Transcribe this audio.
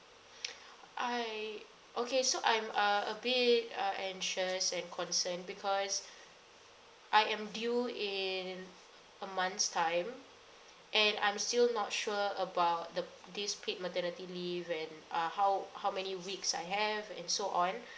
I okay so I'm uh a bit uh anxious and concerned because I am due in a month's time and I'm still not sure about the this paid maternity leave and uh how how many weeks I have and so on